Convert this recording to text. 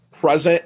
present